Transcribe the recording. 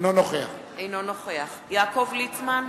אינו נוכח יעקב ליצמן,